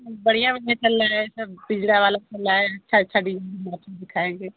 बढ़िया मेटल लगा कर पिंजरा वाला चल रहा है दिखाएंगे